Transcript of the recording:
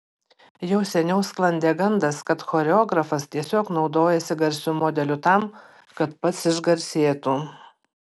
jau seniau sklandė gandas kad choreografas tiesiog naudojasi garsiu modeliu tam kad pats išgarsėtų